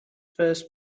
first